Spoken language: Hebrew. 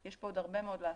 יש פה עוד הרבה מאוד לעשות.